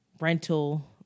rental